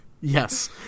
Yes